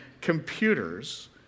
computers